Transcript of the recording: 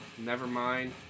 Nevermind